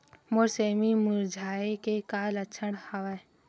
मोर सेमी मुरझाये के का लक्षण हवय?